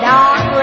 Dark